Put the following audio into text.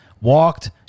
walked